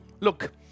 Look